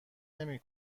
نمی